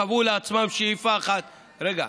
אי-אפשר לטפל בזה, שנייה.